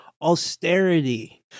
Austerity